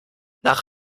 nach